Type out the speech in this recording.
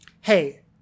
hey